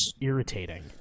irritating